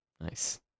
Nice